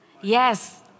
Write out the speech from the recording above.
Yes